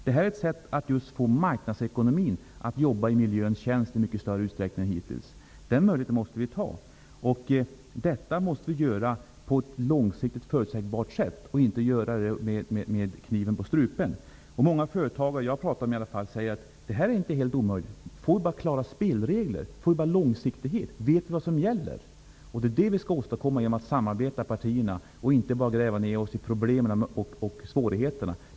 Detta är ett sätt att i mycket större utsträckning än hittills få marknadsekonomin att arbeta i miljöns tjänst. Den möjligheten måste vi ta. Det måste vi göra på ett långsiktigt förutsägbart sätt och inte med kniven på strupen. Många företagare som jag har talat med säger att detta inte är helt omöjligt om de bara får klara spelregler, långsiktighet i besluten, och får veta vad som gäller. Det är det vi skall åstadkomma genom att samarbeta mellan partierna och inte bara gräva ner oss i problemen och svårigheterna.